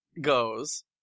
goes